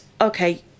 okay